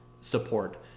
support